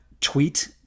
tweet